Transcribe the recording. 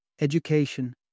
Education